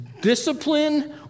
discipline